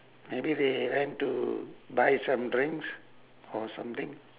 maybe they went to buy some drinks or something